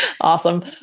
Awesome